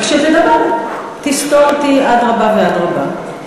כשתדבר תסתור אותי, אדרבה ואדרבה.